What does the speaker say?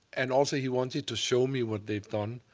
and also he wanted to show me what they've done.